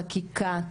חקיקה,